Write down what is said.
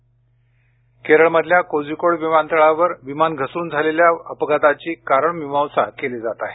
कोझीकोड अपघात केरळमधल्या कोझीकोड विमानतळावर विमान घसरून झालेल्या अपघाताची कारणमीमांसा केली जात आहे